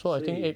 所以